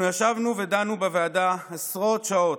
אנחנו ישבנו ודנו בוועדה עשרות שעות,